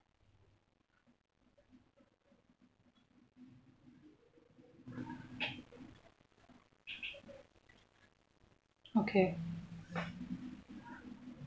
okay